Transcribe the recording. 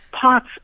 parts